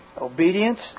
Obedience